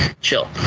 chill